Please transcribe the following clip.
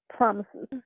Promises